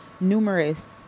numerous